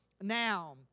now